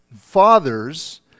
fathers